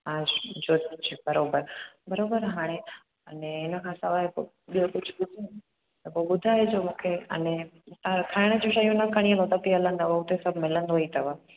हा जो बराबरि बराबरि हाणे अने इनखां सवाइ पोइ ॿियो कुझु ॾिसूं त पोइ ॿुधाएजो मूंखे अने हुतां खाइण जी शयूं न खणी हलो त बि हलंदव उते सभु मिलंदो ई अथव